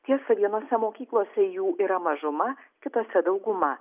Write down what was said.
tiesa vienose mokyklose jų yra mažuma kitose dauguma